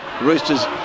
Roosters